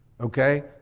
Okay